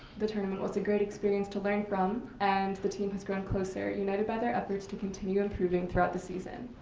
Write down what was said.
the tournament was a great experience to learn from and the team has grown closer, united by their efforts to continue improving throughout the season.